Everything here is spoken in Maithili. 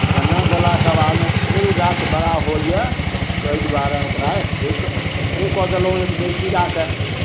कन्ना देलाके बादमे फेर ओ गाछ बड़ा होइए ताहि दुआरे ओकरा स्प्रै क् स्प्रे कऽ देलहुँ एक बेर चिरा कऽ